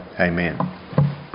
amen